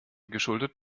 geschuldet